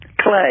clay